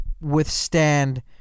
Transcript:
withstand